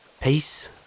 Peace